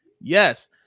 Yes